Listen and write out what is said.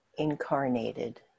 incarnated